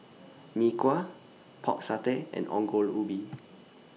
Mee Kuah Pork Satay and Ongol Ubi